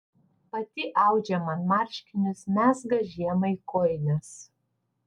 pati audžia man marškinius mezga žiemai kojines